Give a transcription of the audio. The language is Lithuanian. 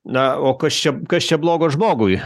na o kas čia kas čia blogo žmogui